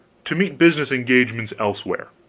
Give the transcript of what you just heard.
to meet business engagements elsewhere.